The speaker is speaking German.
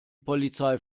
polizei